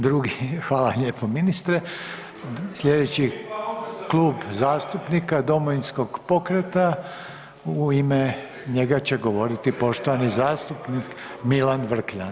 Drugi, hvala lijepo ministre, slijedeći Klub zastupnika Domovinskog pokreta, u ime njega će govoriti poštovani zastupnik Milan Vrkljan.